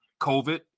COVID